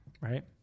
Right